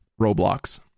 Roblox